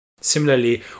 Similarly